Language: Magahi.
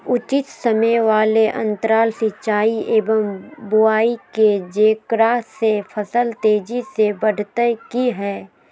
उचित समय वाले अंतराल सिंचाई एवं बुआई के जेकरा से फसल तेजी से बढ़तै कि हेय?